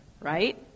right